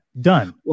done